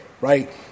right